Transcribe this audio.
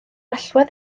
allwedd